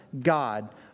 God